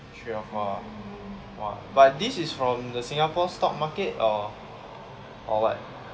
three or four ah !wah! but this is from the singapore stock market or or what